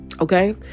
Okay